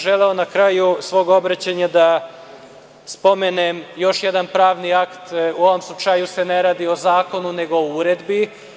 Želeo bih na kraju svog obraćanja da spomenem još jedan pravni akt u ovom slučaju se ne radi o zakonu nego o uredbi.